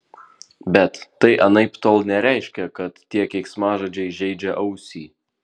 bet tai anaiptol nereiškia kad tie keiksmažodžiai žeidžia ausį